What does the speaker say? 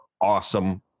awesome